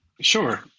Sure